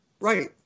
Right